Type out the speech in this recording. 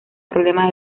problema